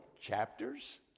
chapters